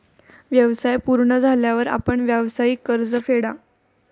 व्यवसाय पूर्ण झाल्यावर आपण व्यावसायिक कर्ज फेडा